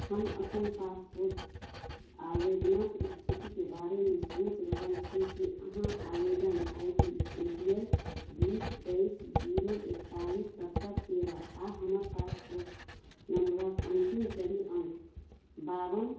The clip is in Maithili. हम अपन पासपोर्ट आवेदनके इस्थितिके बारेमे सोचि रहल छी कि अहाँ आवेदन I D A P L बीस तेइस जीरो एकतालिस सत्तरि तेरह आओर हमर पासपोर्ट नम्बरके अन्तिम चारि अङ्क बावन